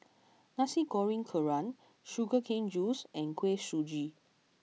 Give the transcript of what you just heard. Nasi Goreng Kerang Sugar CaneJuice and Kuih Suji